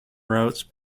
routes